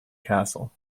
castle